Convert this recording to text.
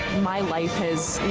my life has,